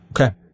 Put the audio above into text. Okay